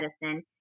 Medicine